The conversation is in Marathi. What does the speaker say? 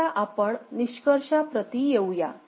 आता आपण निष्कर्षाप्रती येऊया